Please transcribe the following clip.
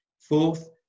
fourth